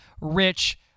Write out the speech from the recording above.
rich